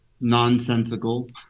nonsensical